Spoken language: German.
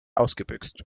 ausgebüxt